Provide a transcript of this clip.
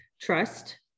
trust